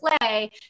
play